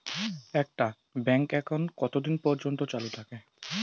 একটা bank account কতদিন পর্যন্ত চালু থাকে?